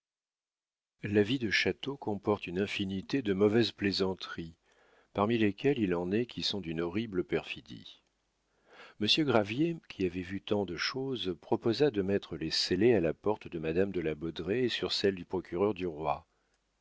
la vie de château comporte une infinité de mauvaises plaisanteries parmi lesquelles il en est qui sont d'une horrible perfidie monsieur gravier qui avait vu tant de choses proposa de mettre les scellés à la porte de madame de la baudraye et sur celle du procureur du roi